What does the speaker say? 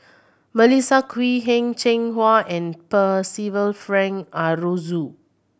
Melissa Kwee Heng Cheng Hwa and Percival Frank Aroozoo